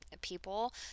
People